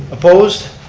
opposed?